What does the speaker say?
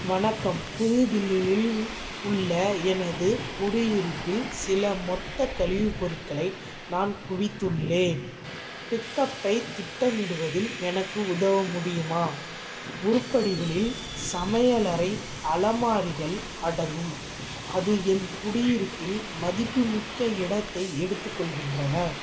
வணக்கம் புது தில்லியில் உள்ள எனது குடியிருப்பில் சில மொத்த கழிவுப் பொருட்களை நான் குவித்துள்ளேன் பிக்அப்பைத் திட்டமிடுவதில் எனக்கு உதவ முடியுமா உருப்படிகளில் சமையலறை அலமாரிகள் அடங்கும் என் குடியிருப்பில் மதிப்புமிக்க இடத்தை எடுத்துக்கொள்கின்றன